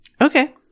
okay